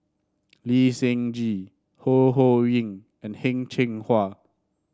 Lee Seng Gee Ho Ho Ying and Heng Cheng Hwa